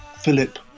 philip